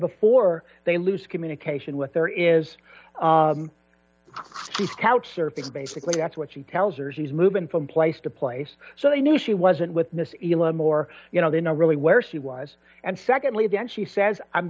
before they lose communication with there is she's couch surfing basically that's what she tells her she's moving from place to place so they knew she wasn't with miss isla moore you know they know really where she was and secondly then she says i'm